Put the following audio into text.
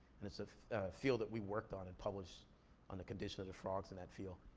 and it's a field that we worked on and published on the condition of the frogs in that field.